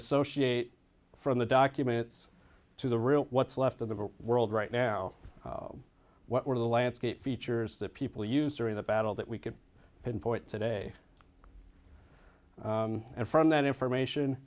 associate from the documents to the real what's left of the world right now what were the landscape features that people used during the battle that we could pinpoint today and from that information